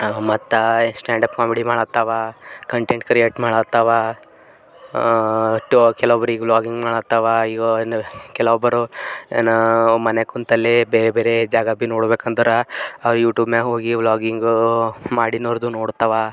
ಮತ್ತು stand up comedy ಮಾಡತ್ತವ content create ಮಾಡತ್ತವ ಟು ಕೆಲವೊಬ್ರೀಗ ವ್ಲಾಗಿಂಗ್ ಮಾಡತ್ತವ ಇವು ಎಲ್ಲ ಕೆಲ ಒಬ್ಬರು ಏನು ಮನ್ಯಾಗ ಕೂತಲ್ಲೇ ಬೇರೆ ಬೇರೆ ಜಾಗ ಭಿ ನೋಡ್ಬೇಕಂದ್ರೆ ಯೂಟ್ಯೂಬ್ನಾಗ ಹೋಗಿ ವ್ಲಾಗಿಂಗು ಮಾಡಿನೋರ್ದು ನೋಡ್ತಾವ